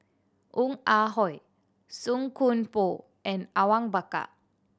Ong Ah Hoi Song Koon Poh and Awang Bakar